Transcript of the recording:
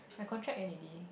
my contract end already